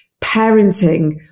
parenting